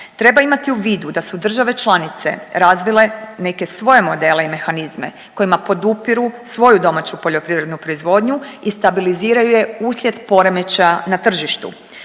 Treba imati u vidu da su države članice razvile neke svoje modele i mehanizme kojima podupiru svoju domaću poljoprivrednu proizvodnju i stabiliziraju je uslijed poremećaja na tržištu.